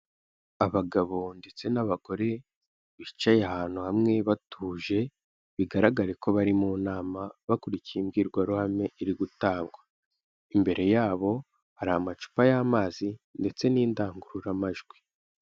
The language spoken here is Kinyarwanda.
Abagabo ndetse n'abagore bicaye ahantu hamwe batuje bigaragare ko bari mu nama bakurikiye imbwirwaruhame iri gutangwa imbere yabo hari amacupa y'amazi ndetse n'indangururamajwi.